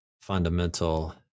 fundamental